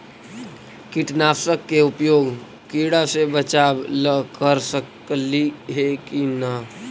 कीटनाशक के उपयोग किड़ा से बचाव ल कर सकली हे की न?